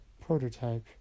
prototype